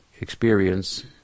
experience